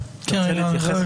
להתייחס.